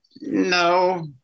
No